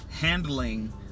handling